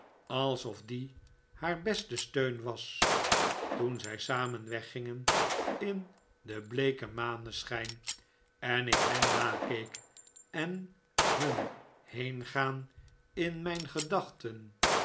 alsof die haar beste steun was toen zij samen weggingen in den bleeken maneschijn en ik hen nakeek en nun heerigaan in mijn gedachten